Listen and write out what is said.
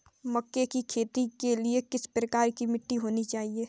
मक्के की खेती के लिए किस प्रकार की मिट्टी होनी चाहिए?